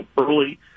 early